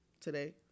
today